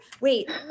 wait